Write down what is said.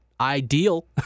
ideal